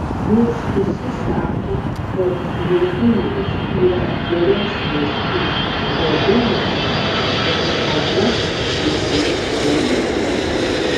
nors visi sako kad liepinės yra geresnės už guobines bet anos vis tiek dailesnės